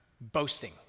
Boasting